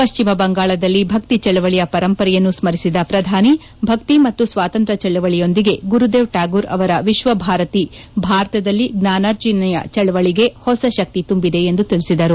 ಪಶ್ಚಿಮ ಬಂಗಾಳದಲ್ಲಿ ಭಕ್ತಿ ಚಳವಳಿಯ ಪರಂಪರೆಯನ್ನು ಸ್ಕರಿಸಿದ ಪ್ರಧಾನಿ ಭಕ್ತಿ ಮತ್ತು ಸ್ವಾತಂತ್ರ್ಯ ಚಳವಳಿಯೊಂದಿಗೆ ಗುರುದೇವ್ ಟ್ಯಾಗೋರ್ ಅವರ ವಿಶ್ವಭಾರತಿ ಭಾರತದಲ್ಲಿ ಜ್ವಾನಾರ್ಜನೆಯ ಚಳವಳಿಗೆ ಹೊಸ ಶಕ್ತಿ ತುಂಬಿದೆ ಎಂದು ಹೇಳಿದರು